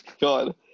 God